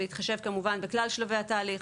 בהתחשב כמובן בשלל שלבי התהליך,